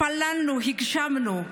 התפללנו והגשמנו.